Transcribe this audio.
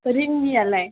रिंनियालाय